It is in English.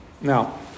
Now